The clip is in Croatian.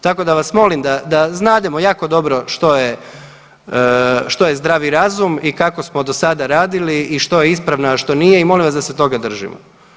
Tako da vas molim da, da znademo jako dobro što je, što je zdravi razum i kako smo do sada radili i što je ispravno, a što nije i molim vas da se toga držimo.